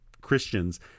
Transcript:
Christians